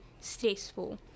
stressful